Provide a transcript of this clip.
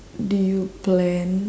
do you plan